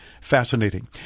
fascinating